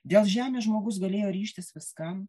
dėl žemės žmogus galėjo ryžtis viskam